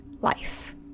life